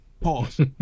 Pause